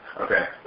okay